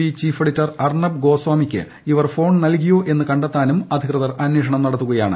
V chief editor Arnab ഗോസ്വാമിക്ക് ഇവർ phone നൽകിയോ എന്ന് കണ്ടെത്താനും ജയിൽ അധികൃതർ അന്വേഷണം നടത്തുകയാണ്